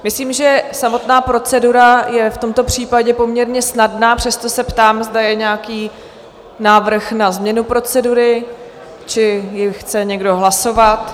Myslím, že samotná procedura je v tomto případě poměrně snadná, přesto se ptám, zda je nějaký návrh na změnu procedury, či ji chce někdo hlasovat?